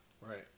Right